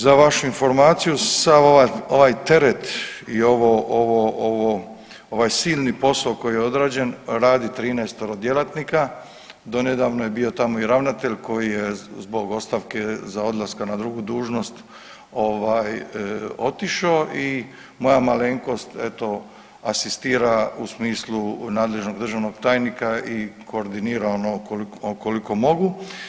Za vašu informaciju, sav ovaj teret i ovo, ovo, ovo, ovaj silni posao koji je odrađen radi 13-ovo djelatnika, donedavno je bio tamo i ravnatelj koji je zbog ostavke za odlaska na drugu dužnost, ovaj, otišao i moja malenkost, eto, asistira u smislu nadležnog državnog tajnika i koordinira onoliko koliko mogu.